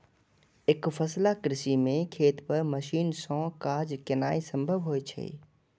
एकफसला कृषि मे खेत पर मशीन सं काज केनाय संभव होइ छै